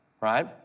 right